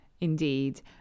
indeed